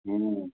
ம்